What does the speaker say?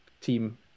team